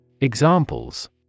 Examples